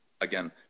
again